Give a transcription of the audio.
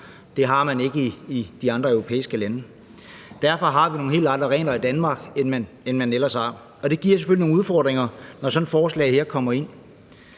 Det har man ikke i de andre europæiske lande. Derfor har vi nogle helt andre regler i Danmark, end man ellers har. Det giver selvfølgelig nogle udfordringer i sådan et forslag her.